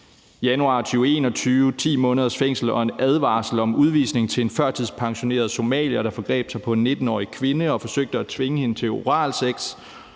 der idømt 10 måneders fængsel og en advarsel om udvisning til en førtidspensioneret somalier, der forgreb sig på en 19-årig kvinde og forsøgte at tvinge hende til oralsex.